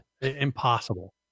Impossible